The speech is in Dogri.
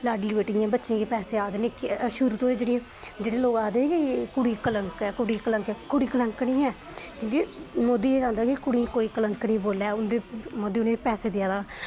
लाडली बेटी जि'यां बच्चें गी पैसे आ दे निक्के शुरू तों जेह्ड़े जेह्ड़े लोक आखदे निं कुड़ी कलंक ऐ कुड़ी कलंक ऐ कुड़ी कलंक निं ऐ मोदी एह् चांह्दा कि कुड़ी गी कोई कलंक निं बोलै उं'दे मोदी उ'नेंगी पैसे देआ दा